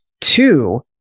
two